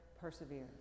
persevere